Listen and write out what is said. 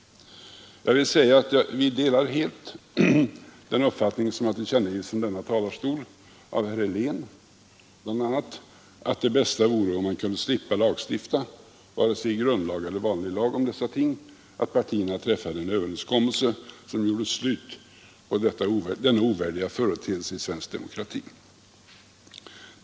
Vi delar helt den uppfattning som har tillkännagivits från denna talarstol bl.a. av herr Helén, att det bästa vore om man kunde slippa lagstifta vare sig i grundlag eller i vanlig lag om dessa ting och att partierna träffade en överenskommelse, som gjorde slut på denna ovärdiga företeelse i svensk demokrati.